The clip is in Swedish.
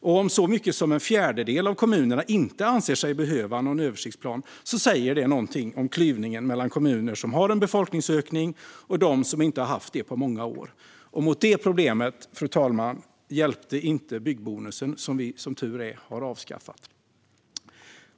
Om så mycket som en fjärdedel av kommunerna inte anser sig behöva någon översiktsplan säger detta något om klyvningen mellan kommuner som har en befolkningsökning och kommuner som inte har haft det på många år. Mot detta problem, fru talman, hjälpte inte byggbonusen, som vi som tur är har avskaffat.